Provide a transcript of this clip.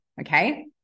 Okay